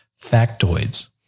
factoids